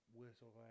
whistle